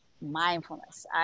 Mindfulness